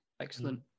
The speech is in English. Excellent